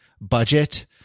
budget